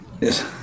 Yes